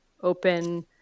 open